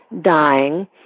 dying